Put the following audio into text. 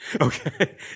Okay